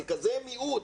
זה כזה מיעוט,